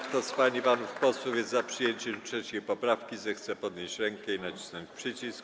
Kto z pań i panów posłów jest za przyjęciem 3. poprawki, zechce podnieść rękę i nacisnąć przycisk.